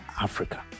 Africa